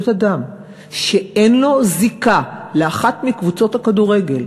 אדם שאין לו זיקה לאחת מקבוצות הכדורגל,